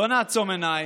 לא נעצום עיניים,